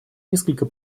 несколько